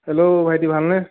hello ভাইটী ভালনে